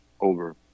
over